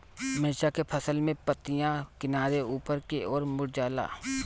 मिरचा के फसल में पतिया किनारे ऊपर के ओर मुड़ जाला?